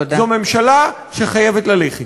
זו ממשלה שחייבת ללכת.